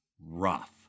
rough